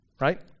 right